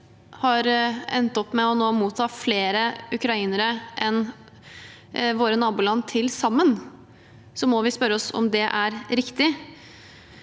har endt opp med å motta flere ukrainere enn våre naboland til sammen, må vi spørre oss om det er riktig.